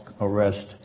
arrest